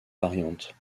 variantes